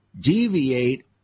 deviate